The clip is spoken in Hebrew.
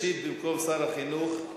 ישיב במקום שר החינוך,